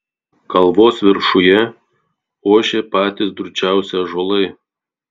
kalvos viršuje ošė patys drūčiausi ąžuolai